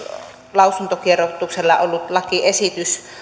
lausuntokierroksella ollut lakiesitys